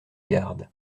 gardes